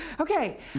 Okay